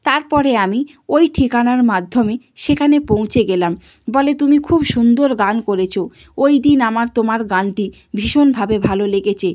তারপরে আমি ওই ঠিকানার মাধ্যমে সেখানে পৌঁচে গেলাম বলে তুমি খুব সুন্দর গান করেছো ওই দিন আমার তোমার গানটি ভীষণভাবে ভালো লেগেছে